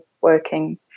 working